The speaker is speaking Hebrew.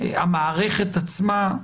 המערכת עצמה.